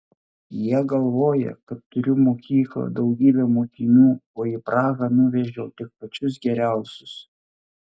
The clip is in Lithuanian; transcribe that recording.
jie galvoja kad turiu mokyklą daugybę mokinių o į prahą nuvežiau tik pačius geriausius